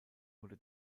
wurde